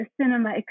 cinema